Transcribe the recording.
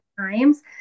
times